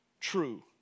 true